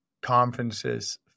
conferences